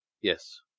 Yes